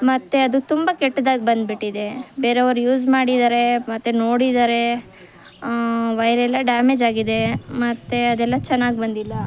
ಮತ್ತು ಅದು ತುಂಬ ಕೆಟ್ದಾಗಿ ಬಂದ್ಬಿಟ್ಟಿದೆ ಬೇರೆಯವ್ರು ಯೂಸ್ ಮಾಡಿದ್ದಾರೆ ಮತ್ತೆ ನೋಡಿದರೆ ವಯರ್ ಎಲ್ಲ ಡ್ಯಾಮೇಜ್ ಆಗಿದೆ ಮತ್ತು ಅದೆಲ್ಲ ಚೆನ್ನಾಗಿ ಬಂದಿಲ್ಲ